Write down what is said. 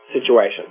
situation